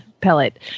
pellet